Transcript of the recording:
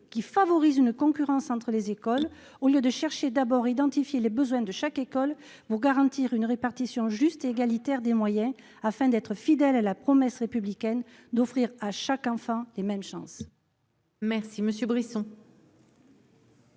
et favorise une concurrence entre les écoles, au lieu de chercher d'abord à identifier les besoins de chacune d'entre elles, pour garantir une répartition juste et égalitaire des moyens, afin d'être fidèle à la promesse républicaine d'offrir à chaque enfant les mêmes chances. La parole